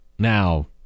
Now